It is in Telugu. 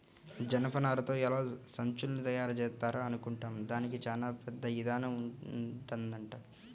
జనపనారతో ఎలా సంచుల్ని తయారుజేత్తారా అనుకుంటాం, దానికి చానా పెద్ద ఇదానం ఉంటదంట